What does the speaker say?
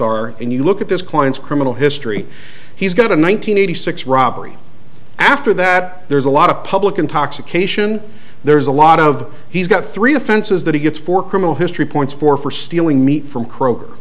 r and you look at this client's criminal history he's got a one nine hundred eighty six robbery after that there's a lot of public intoxication there's a lot of he's got three offenses that he gets for criminal history points for for stealing meat from cro